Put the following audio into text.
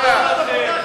רלוונטי.